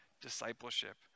discipleship